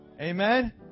Amen